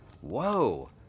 Whoa